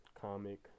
comic